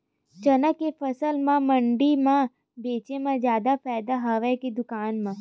चना के फसल ल मंडी म बेचे म जादा फ़ायदा हवय के दुकान म?